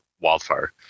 wildfire